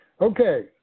okay